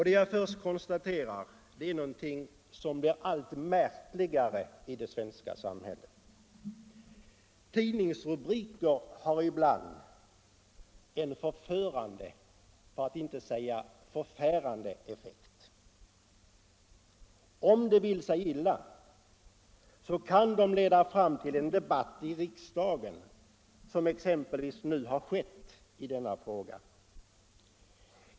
Det jag först konstaterar är något som blir allt märkligare i det svenska samhället. Tidningsrubriker har ibland en förförande för att inte säga förfärande effekt. Om det vill sig illa kan de leda fram till en debatt i riksdagen såsom nu har skett i den här frågan.